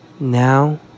now